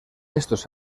estos